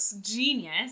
genius